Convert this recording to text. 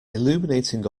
illuminating